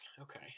Okay